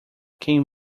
quem